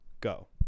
go